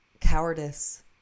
cowardice